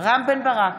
רם בן ברק,